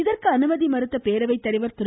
இதற்கு அனுமதி மறுத்த பேரவை தலைவர் திரு